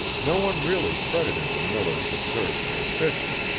no one really credited the miller's absurd suspicion,